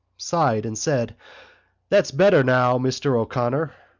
sighed and said that's better now, mr. o'connor.